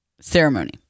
ceremony